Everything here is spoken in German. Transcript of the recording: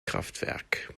kraftwerk